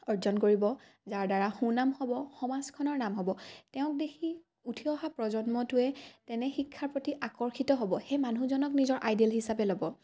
অৰ্জন কৰিব যাৰ দ্বাৰা সুনাম হ'ব সমাজখনৰ নাম হ'ব তেওঁক দেখি উঠি অহা প্ৰজন্মটোৱে তেনে শিক্ষাৰ প্ৰতি আকৰ্ষিত হ'ব সেই মানুহজনক নিজৰ আইডিয়েল হিচাপে ল'ব